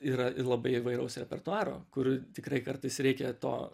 yra ir labai įvairaus repertuaro kur tikrai kartais reikia to